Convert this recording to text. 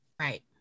right